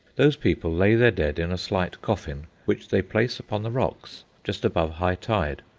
those people lay their dead in a slight coffin, which they place upon the rocks just above high tide,